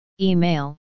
email